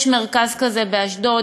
יש מרכז כזה באשדוד,